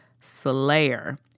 Slayer